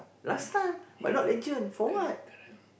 ya ya correct correct